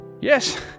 Yes